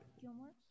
Gilmore